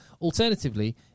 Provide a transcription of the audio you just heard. Alternatively